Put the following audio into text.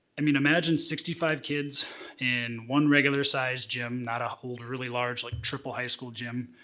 i mean imagine sixty five kids in one regular-sized gym, not a old really large, like triple high school gym,